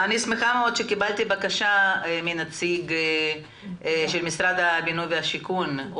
אני שמחה מאוד שקיבלתי בקשה מנציגת משרד הבינוי והשיכון,